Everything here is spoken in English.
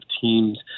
teams